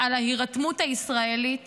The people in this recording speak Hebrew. על ההירתמות הישראלית